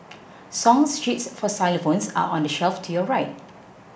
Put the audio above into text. song sheets for xylophones are on the shelf to your right